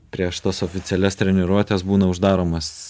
prieš tas oficialias treniruotes būna uždaromas